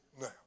now